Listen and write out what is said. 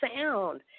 sound